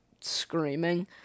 screaming